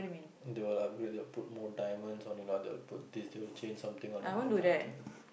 they will like okay okay lah put more diamonds on it lah they'll put this they change something on it kind of thing